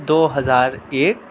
دو ہزار ایک